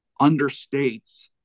understates